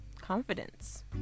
confidence